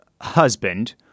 husband